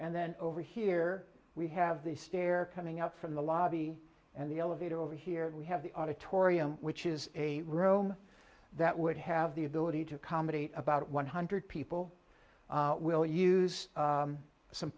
and then over here we have the stair coming up from the lobby and the elevator over here and we have the auditorium which is a room that would have the ability to accommodate about one hundred people will use some